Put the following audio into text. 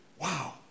wow